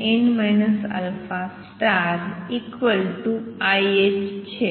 Cnn α ih છે